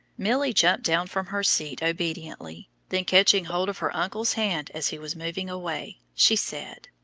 milly jumped down from her seat obediently then catching hold of her uncle's hand as he was moving away, she said